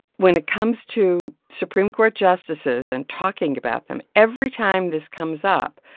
when it comes to supreme court justices and talking about them, every time this comes up,